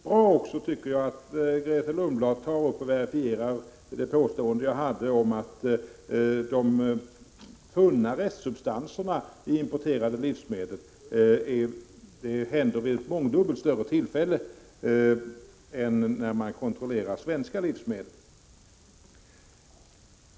Det är bra att Grethe Lundblad verifierar mitt påstående om att man finner restsubstanser i importerade livsmedel mångfalt oftare än vid kontroll av svenska livsmedel.